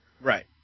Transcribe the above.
Right